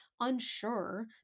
unsure